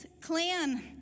clan